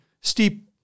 steep